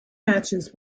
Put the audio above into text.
matches